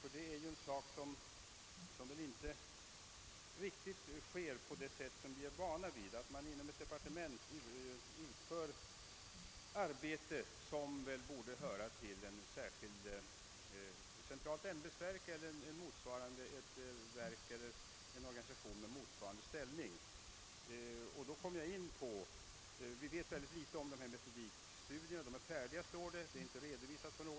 Den sker ju inte riktigt på det sätt som vi är vana vid; inom ett departement utför man arbete som borde ankomma på ett centralt ämbetsverk eller något organ med motsvarande ställning. Det sägs att metodikstudierna är färdiga. De har emellertid inte på något sätt redovisats, i varje fall inte i riksdagen.